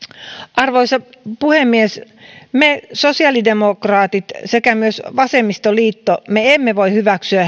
arvoisa puhemies me sosiaalidemokraatit sekä myös vasemmistoliitto emme voi hyväksyä